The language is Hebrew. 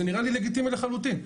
זה נראה לגיטימי לחלוטין.